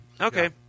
okay